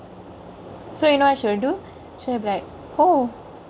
so you know what she will do she'll be like oh